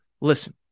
Listen